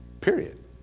Period